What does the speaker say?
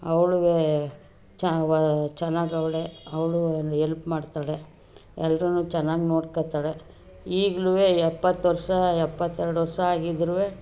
ಅವ್ಳೂ ಚೆನ್ನಾಗವ್ಳೆ ಅವಳು ಎಲ್ಪ್ ಮಾಡ್ತಾಳೆ ಎಲ್ರೂ ಚೆನ್ನಾಗಿ ನೋಡ್ಕೊತಾಳೆ ಈಗ್ಲೂ ಎಪ್ಪತ್ತು ವರ್ಷ ಎಪ್ಪತ್ತೆರಡು ವರ್ಷ ಆಗಿದ್ರೂ